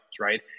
right